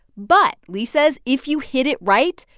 but lee says if you hit it right,